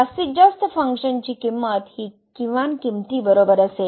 जास्तीत जास्त फंक्शन ची किमंत हि किमान किंमतीबरोबर असेल